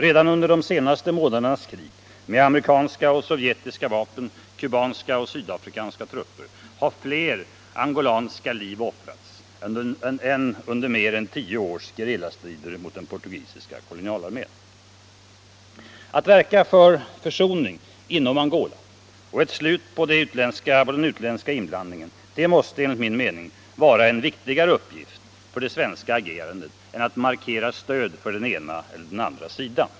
Bara under de senaste mänadernas krig med amerikanska och sovjetiska vapen, kubanska och sydafrikanska trupper har fler angolanska liv offrats än under mer än tio års gerillastrider mot den portugisiska kolonialarmén. inblandningen måste enligt min mening vara en viktigare uppgift för det svenska agerandet än att markera ett stöd för den ena eller den andra sidan.